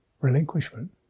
relinquishment